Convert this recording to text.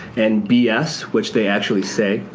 and b s. which they actually say.